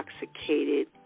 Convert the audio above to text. intoxicated